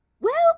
Well